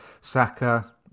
Saka